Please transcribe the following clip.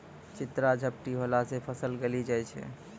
चित्रा झपटी होला से फसल गली जाय छै?